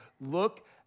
look